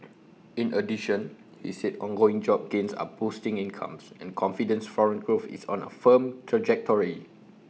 in addition he said ongoing job gains are boosting incomes and confidence foreign growth is on A firm trajectory